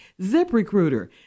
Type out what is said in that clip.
ZipRecruiter